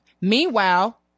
Meanwhile